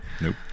Nope